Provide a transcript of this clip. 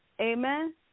Amen